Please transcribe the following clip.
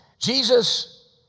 Jesus